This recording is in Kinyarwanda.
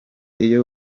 iyo